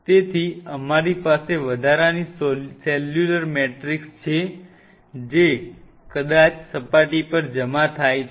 તેથી અમારી પાસે વધારાની સેલ્યુલર મેટ્રિક્સ છે જે કદાચ સપાટી પર જમા થાય છે